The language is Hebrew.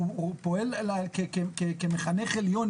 הוא פועל כמחנך עליון,